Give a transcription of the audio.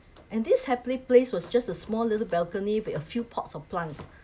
and this happy place was just a small little balcony with a few pots of plants